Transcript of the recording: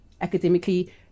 academically